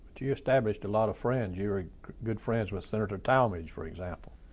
you you established a lot of friends. you were good friends with senator talmadge, for example.